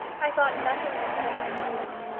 i thought nothing then but of my julie.